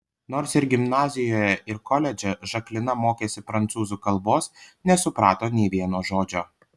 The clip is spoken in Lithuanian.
nors ir gimnazijoje ir koledže žaklina mokėsi prancūzų kalbos nesuprato nė vieno žodžio